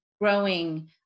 growing